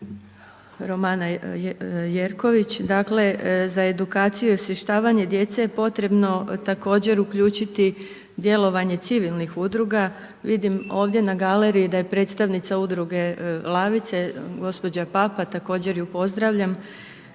Romana Jerković. Dakle, za edukaciju i osvještavanje djece je potrebno također uključiti djelovanje civilnih udruga. Vidim ovdje na galeriji da predstavnica udruge Lavice, gospođa Papa, također ju pozdravljam.